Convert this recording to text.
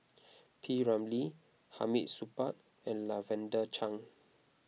P Ramlee Hamid Supaat and Lavender Chang